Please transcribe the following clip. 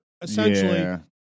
Essentially